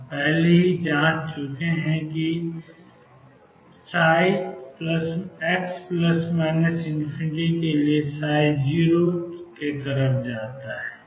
हम पहले ही जाँच चुके हैं कि →0 यह पहले ही हो चुका है